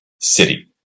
city